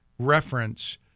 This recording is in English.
Reference